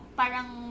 parang